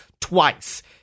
twice